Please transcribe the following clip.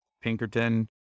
Pinkerton